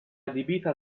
adibita